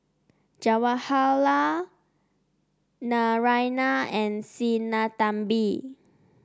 Jawaharlal Naraina and Sinnathamby